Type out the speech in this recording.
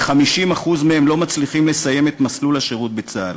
ו-50% מהם לא מצליחים לסיים את מסלול השירות בצה"ל.